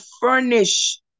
furnish